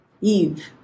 Eve